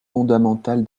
fondamentale